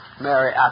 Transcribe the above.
Mary